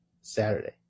saturday